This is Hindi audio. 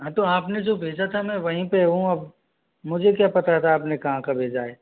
हाँ तो आपने जो भेजा था ना वहीं पे हूँ अब मुझे क्या पता था आपने कहाँ का भेजा है